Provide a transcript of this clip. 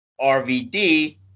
RVD